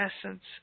essence